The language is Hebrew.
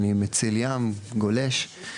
אני מציל ים וגולש.